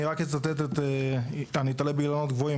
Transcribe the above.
אני רק אצטט ואתלה באילנות גבוהים,